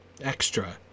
extra